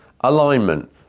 alignment